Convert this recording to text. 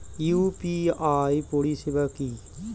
UPI পরিষেবা কি?